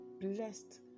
blessed